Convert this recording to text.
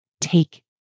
take